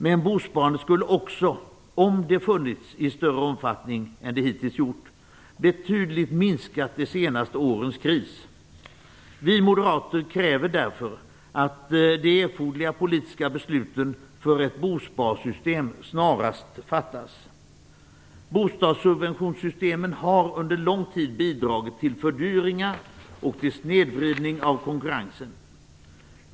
Men bosparandet skulle också betydligt ha minskat de senaste årens kris, om det hade funnits i större omfattning än det hittills gjort. Vi moderater kräver därför att de erforderliga politiska besluten för ett bosparsystem snarast fattas. Bostadssubventionssystemen har under lång tid bidragit till fördyringar och till snedvridning av konkurrensen.